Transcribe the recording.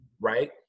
Right